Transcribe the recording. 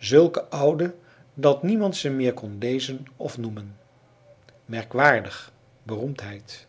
zulke oude dat niemand ze meer kon lezen of noemen merkwaardig beroemdheid